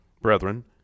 Brethren